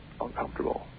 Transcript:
uncomfortable